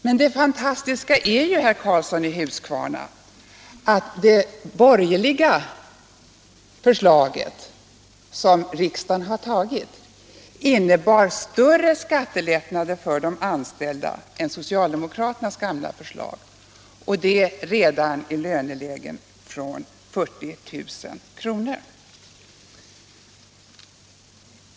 Men faktum är ju, herr Karlsson i Huskvarna, att det regeringsförslag som riksdagen har tagit innebar större skattelättnader för de anställda än socialdemokraternas gamla förslag, och detta redan i lönelägen från 40 000 kr.